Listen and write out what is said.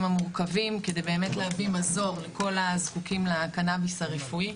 המורכבים באמת כדי להביא מזור לכל הזקוקים לקנאביס הרפואי.